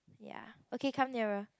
ya okay come nearer